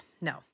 no